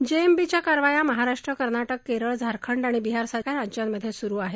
जेएमबीच्या कारवाया महाराष्ट्र कर्नाटक केरळ झारखंड आणि बिहारसारख्या राज्यांमधे सुरु आहेत